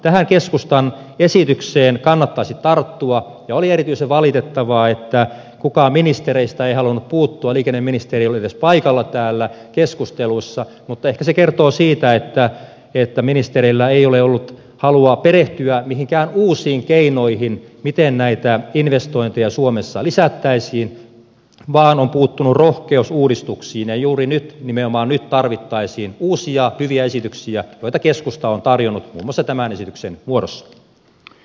tähän keskustan esitykseen kannattaisi tarttua ja oli erityisen valitettavaa että kukaan ministereistä ei halunnut puuttua tähän liikenneministeri ei ollut edes paikalla täällä keskustelussa mutta ehkä se kertoo siitä että ministereillä ei ole ollut halua perehtyä mihinkään uusiin keinoihin miten näitä investointeja suomessa lisättäisiin on puuttunut rohkeus uudistuksiin ja juuri nyt nimenomaan nyt tarvittaisiin uusia hyviä esityksiä joita keskusta on tarjonnut muun muassa tämän esityksen muodossa